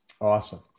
Awesome